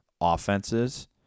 offenses